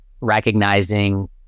recognizing